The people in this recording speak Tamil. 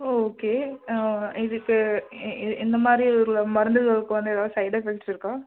ஓகே இதுக்கு இந்த மாதிரி உள்ள மருந்துகளுக்கு வந்து ஏதாவது சைட் எஃபெக்ட்ஸ் இருக்கா